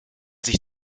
sich